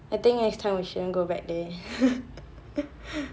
I think next time we shouldn't go back there